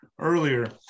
earlier